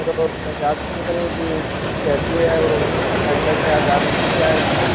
سر وہ بجاج کمپنی کی کیسی ہے اور اس کا فائدہ کیا ہے گارنٹی کیا ہے اس کی